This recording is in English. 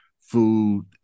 food